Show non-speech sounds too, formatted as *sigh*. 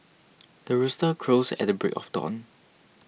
*noise* the rooster crows at the break of dawn